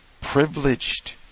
privileged